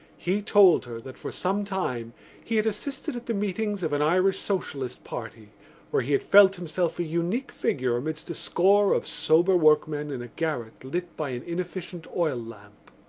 he told her that for some time he had assisted at the meetings of an irish socialist party where he had felt himself a unique figure amidst a score of sober workmen in a garret lit by an inefficient oil-lamp.